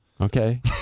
Okay